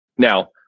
Now